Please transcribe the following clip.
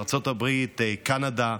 קנדה,